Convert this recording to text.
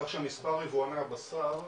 כך שמספר יבואני הבשר,